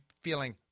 feeling